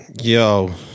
yo